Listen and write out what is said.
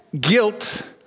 guilt